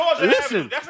Listen